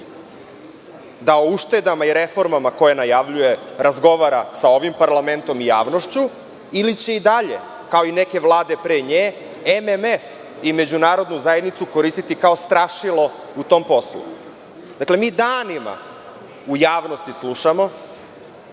da uštedama i reformama koje najavljuje razgovara sa ovim parlamentom i javnošću ili će i dalje, kao i neke vlade pre nje, MMF i Međunarodnu zajednicu koristiti kao strašilo u tom poslu? Dakle, mi danima u javnosti slušamo,